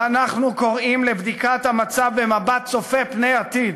ואנחנו קוראים לבדיקת המצב במבט צופה פני עתיד,